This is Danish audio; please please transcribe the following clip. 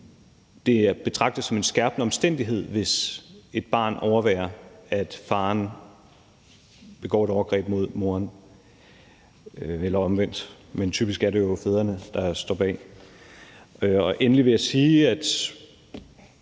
at det betragtes som en skærpende omstændighed, hvis et barn overværer, at faren begår et overgreb mod moren – eller omvendt, men typisk er det jo fædrene, der står bag. Endelig vil jeg sige, og